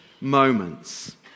moments